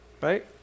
right